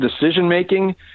decision-making